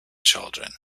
children